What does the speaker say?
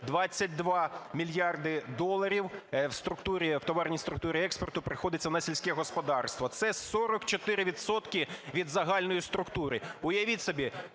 22 мільярди доларів в структурі, в товарній структурі експорту, приходиться на сільське господарство. Це 44 відсотки від загальної структури.